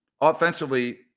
Offensively